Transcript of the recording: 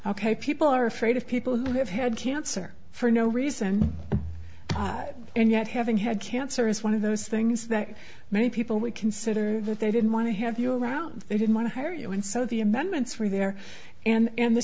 ok people are afraid of people who have had cancer for no reason and yet haven't had cancer is one of those things that many people would consider that they didn't want to have you around they didn't want to hire you and so the amendments were there and